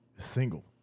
Single